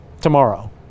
Tomorrow